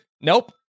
Nope